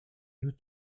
nous